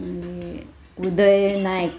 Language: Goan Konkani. उदय नायक